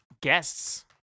guests